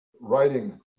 writing